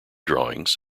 drawings